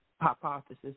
hypothesis